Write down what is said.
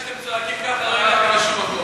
מפני שאתם צועקים ככה לא הגעתם לשום מקום.